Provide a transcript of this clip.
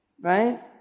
right